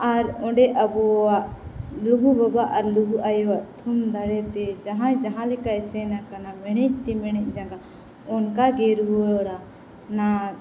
ᱟᱨ ᱚᱸᱰᱮ ᱟᱵᱚᱣᱟᱜ ᱞᱩᱜᱩ ᱵᱟᱵᱟᱵ ᱟᱨ ᱞᱩᱜᱩ ᱟᱭᱳᱣᱟᱜ ᱛᱷᱩᱢ ᱫᱟᱲᱮ ᱛᱮ ᱡᱟᱦᱟᱭ ᱡᱟᱦᱟᱸ ᱞᱮᱠᱟᱭ ᱥᱮᱱ ᱟᱠᱟᱱᱟ ᱢᱮᱬᱦᱮᱫ ᱛᱤ ᱢᱮᱬᱦᱮᱫ ᱡᱟᱸᱜᱟ ᱚᱱᱠᱟᱜᱮ ᱨᱩᱣᱟᱹᱲᱟ ᱚᱱᱟ